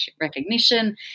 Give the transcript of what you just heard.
recognition